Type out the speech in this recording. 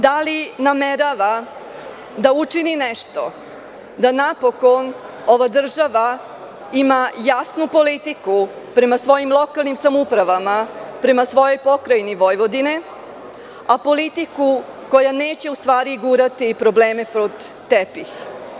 Da li namerava da učini nešto da napokon ova država ima jasnu politiku prema svojim lokalnim samoupravama, prema svojoj pokrajini Vojvodini, a politiku koja neće u stvari gurati probleme pod tepih?